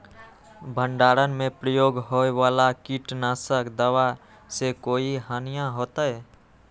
भंडारण में प्रयोग होए वाला किट नाशक दवा से कोई हानियों होतै?